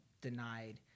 denied